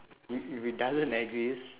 if if it doesn't exist